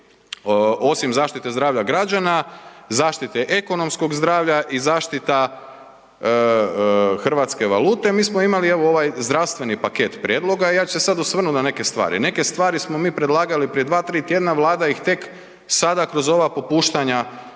osim zaštite zdravlja građana, zaštite ekonomskog zdravlja i zaštita hrvatske valute, mi smo imali evo ovaj zdravstveni paket prijedloga i ja ću se sad osvrnut na neke stvari. Neke stvari smo mi predlagali prije 2-3 tjedna, Vlada ih tek sada kroz ova popuštanja